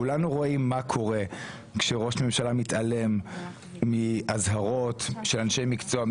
כולנו רואים מה קורה כשראש ממשלה מתעלם מאזהרות של אנשי מקצוע,